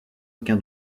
aucun